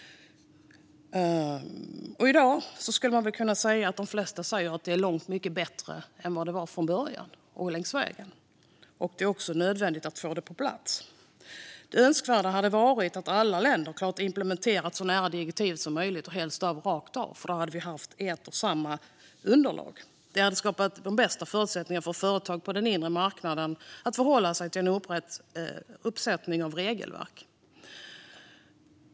I dag anser nog de flesta att förslaget är långt mycket bättre än det var från början och att det nu är nödvändigt att få det på plats. Det hade varit önskvärt att alla länder implementerade direktivet rakt av så att vi alla hade samma underlag. Det hade skapat bäst förutsättningar för företagen på den inre marknaden vad gäller att förhålla sig till en uppsättning regelverk.